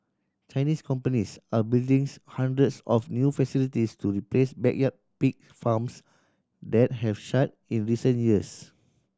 Chinese companies are buildings hundreds of new facilities to replace backyard pig farms that have shut in recent years